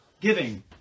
giving